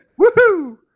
Woohoo